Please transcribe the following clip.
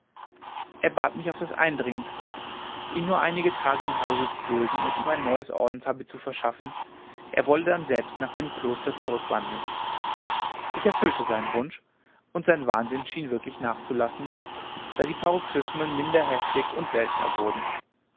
er bat mich auf das eindringendste ihn nur einige tage im hause zu dulden und ihm ein neues ordenshabit zu verschaffen er wolle dann selbst nach dem kloster zurückwandeln ich erfüllte seinen wunsch und sein wahnsinn schien wirklich nachzulassen da die paroxysmen minder heftig und seltner wurden